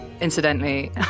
Incidentally